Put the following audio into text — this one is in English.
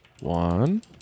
One